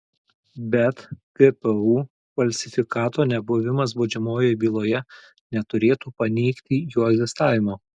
bet gpu falsifikato nebuvimas baudžiamojoje byloje neturėtų paneigti jo egzistavimo